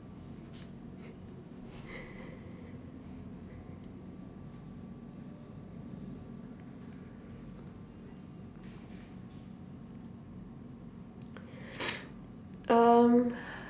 um